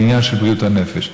לעניין של בריאות הנפש,